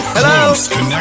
Hello